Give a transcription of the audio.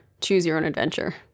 choose-your-own-adventure